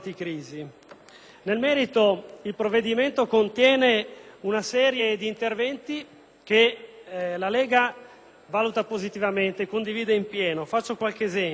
Nel merito, il provvedimento contiene una serie di interventi che la Lega valuta positivamente e condivide in pieno. Faccio qualche esempio: